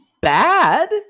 bad